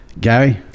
Gary